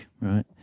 right